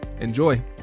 Enjoy